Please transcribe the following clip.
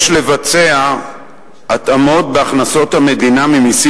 יש לבצע התאמות בהכנסות המדינה ממסים